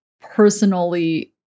personally